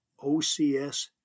ocs